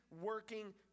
working